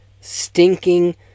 stinking